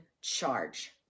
charge